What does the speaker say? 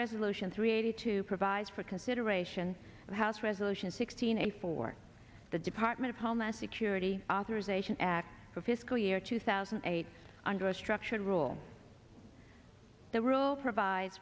resolution three eighty two provides for consideration of house resolution sixteen a for the department of homeland security authorization act for fiscal year two thousand and eight under a structured rule the rule provides